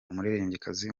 umuririmbyikazi